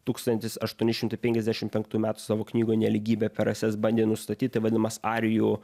tūkstantis aštuoni šimtai penkiasdešim penktų metų savo knygoj nelygybė per rases bandė nustatyti vadinamas arijų